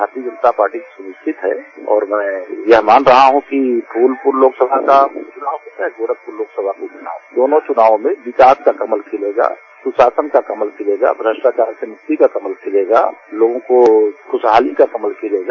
भारतीय जनता पार्टी की सुनिश्चित है और मैं यह मान रहा हूँ कि फूलपुर लोक सभा का चुनाव चाहे गोरखपुर लोकसभा का चनाव हो दोनों चुनाव में विकास का कमल खिलेगा सुशासन का कमल खिलेगा भ्रष्टाचार से मुक्ति का कमल खिलेगा लोगों को खुशहाली का कमल खिलेगा